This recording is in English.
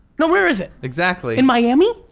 no where is it? exactly. in miami?